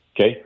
Okay